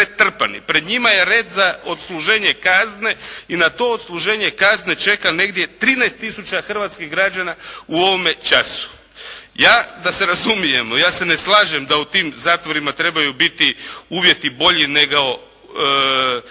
Pred njima je red za odsluženje kazne i na to odsluženje kazne čeka negdje 13000 hrvatskih građana u ovome času. Ja da se razumijemo ja se ne slažem da u tim zatvorima trebaju biti uvjeti bolji nego